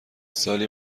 سالی